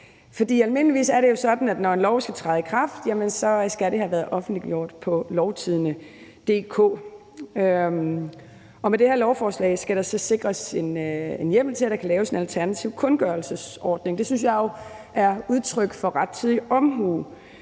almindeligvis er det jo sådan, at når en lov skal træde i kraft, skal det have været offentliggjort på lovtidende.dk. Med det her lovforslag skal der så sikres en hjemmel til, at der kan laves en alternativ kundgørelsesordning. Det synes jeg jo er udtryk for rettidig omhu.